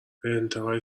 انتهای